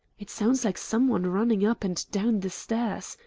it sounds like some one running up and down the stairs.